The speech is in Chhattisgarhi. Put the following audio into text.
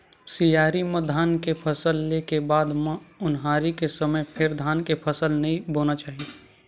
सियारी म धान के फसल ले के बाद म ओन्हारी के समे फेर धान के फसल नइ बोना चाही